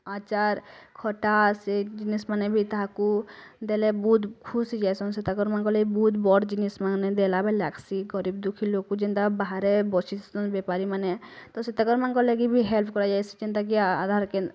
ଆଚାର ଖଟା ସେ ଜିନିଷ ମାନେ ବି ତାହାକୁ ଦେଲେ ବହୁତ ଖୁସି ଯାଇସନ୍ ବହୁତ ବଡ଼ ଜିନିଷମାନ ଦେଲା ବେଳେ ଲାଗସି ଗରିବ ଦୁଖୀ ଲୋକ ଯେନ୍ତା ବାହାରେ ବେପାରୀ ମାନେ ତ ହେଲ୍ପ କରାଯାଇଆସି ଯେନ୍ତା କି ଆହାର୍ କେନ୍ଦ୍ର